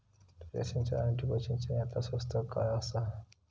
तुषार सिंचन आनी ठिबक सिंचन यातला स्वस्त काय आसा?